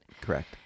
Correct